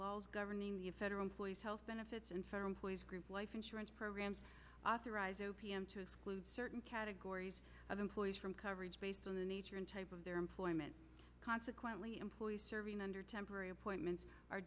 laws governing the federal employees health benefits and federal employees group life insurance programs authorized o p m to exclude certain categories of employees from coverage based on the nature and type of their employment consequently employees serving under temporary appointments